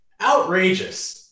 Outrageous